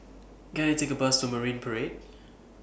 Can I Take A Bus to Marine Parade